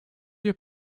your